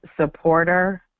supporter